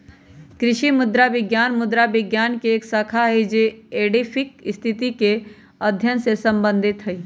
कृषि मृदा विज्ञान मृदा विज्ञान के एक शाखा हई जो एडैफिक स्थिति के अध्ययन से संबंधित हई